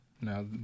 now